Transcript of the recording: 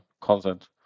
content